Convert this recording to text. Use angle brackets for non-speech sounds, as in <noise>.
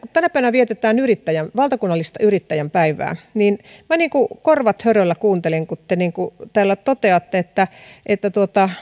<unintelligible> kun tänä päivänä vietetään valtakunnallista yrittäjän päivää niin minä korvat höröllä kuuntelin kun te täällä toteatte että